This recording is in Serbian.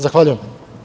Zahvaljujem.